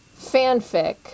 fanfic